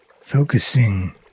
Focusing